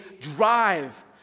drive